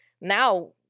now